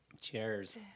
Cheers